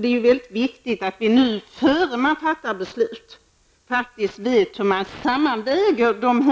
Det är ju väldigt viktigt att vi nu, innan beslut fattas, faktiskt vet hur det